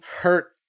hurt